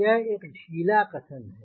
यह एक ढीला कथन है